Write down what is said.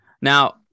Now